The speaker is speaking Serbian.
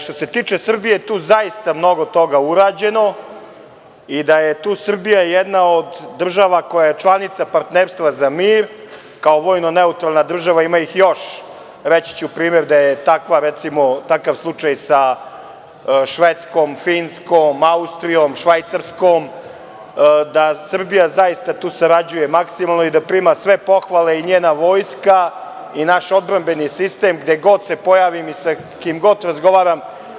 Što se tiče Srbije, tu je zaista mnogo toga urađeno i tu je Srbija jedna od država koja je članica Partnerstva za mir, kao vojno neutralna država, ima ih još, reći ću primer da je takav slučaj i sa Švedskom, Finskom, Austrijom, Švajcarskom, da Srbija zaista tu sarađuje maksimalno i prima sve pohvale, i njena vojska i naš odbrambeni sistem, gde god se pojavim i sa kim god da razgovaram.